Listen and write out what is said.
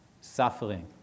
suffering